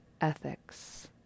ethics